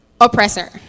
oppressor